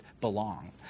belong